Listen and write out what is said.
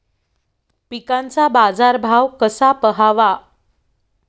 पिकांचा बाजार भाव कसा पहावा?